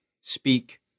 speak